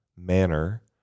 manner